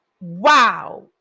Wow